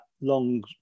long